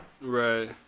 Right